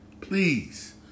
Please